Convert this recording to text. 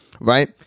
Right